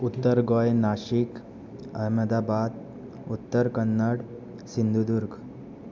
Uttar Goa Nashik Ahmedabad Uttar Kannada Sindhudurg